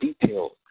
details